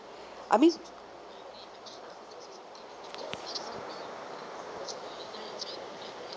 I mean